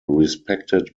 respected